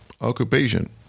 occupation